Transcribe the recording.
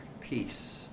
peace